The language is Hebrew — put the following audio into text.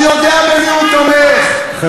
בגין היה מתבייש בממשלה הזאת.